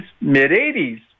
mid-80s